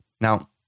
Now